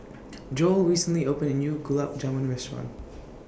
Joell recently opened A New Gulab Jamun Restaurant